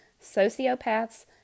Sociopaths